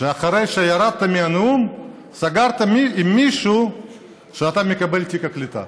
שאחרי שירדת מהנאום סגרת עם מישהו שאתה מקבל את תיק הקליטה.